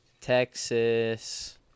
Texas